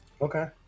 Okay